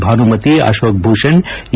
Bhanumati Ashok Bhushan A